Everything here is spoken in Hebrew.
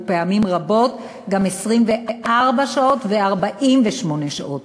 ופעמים רבות גם 24 שעות ו-48 שעות.